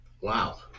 Wow